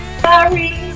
Sorry